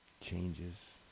changes